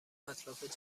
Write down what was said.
اطراف